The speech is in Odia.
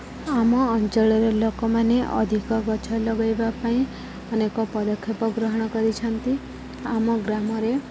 ଆମ ଅଞ୍ଚଳର ଲୋକମାନେ ଅଧିକ ଗଛ ଲଗେଇବା ପାଇଁ ଅନେକ ପଦକ୍ଷେପ ଗ୍ରହଣ କରିଛନ୍ତି ଆମ ଗ୍ରାମରେ